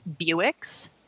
Buicks